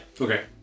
okay